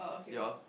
seahorse